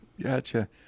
Gotcha